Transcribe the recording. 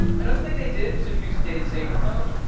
another thing they did was introduce data saver mode.